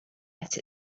let